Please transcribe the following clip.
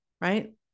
right